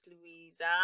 Louisa